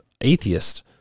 atheist